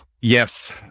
Yes